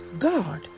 God